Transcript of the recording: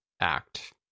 act